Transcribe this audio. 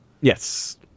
Yes